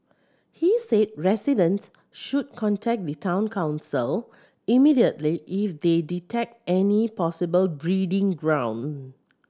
he said residents should contact the Town Council immediately if they detect any possible breeding ground